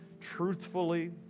truthfully